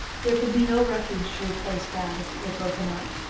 there could be no refuge to replace that, if it were broken up.